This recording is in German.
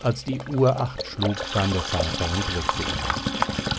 als die uhr acht schlug kam der vater und weckte ihn